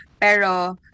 Pero